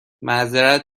معذرت